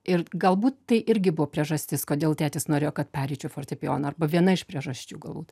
ir galbūt tai irgi buvo priežastis kodėl tėtis norėjo kad pereičiau į fortepijoną arba viena iš priežasčių galbūt